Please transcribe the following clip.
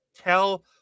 tell